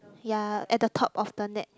ya at the top of the net